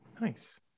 Nice